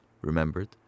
remembered